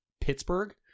Pittsburgh